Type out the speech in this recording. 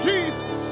Jesus